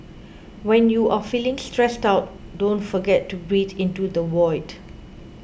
when you are feeling stressed out don't forget to breathe into the void